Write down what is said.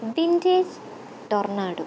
vintage tornado